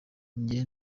njye